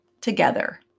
together